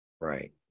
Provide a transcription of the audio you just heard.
Right